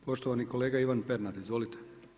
Poštovani kolega Ivan Pernar, izvolite.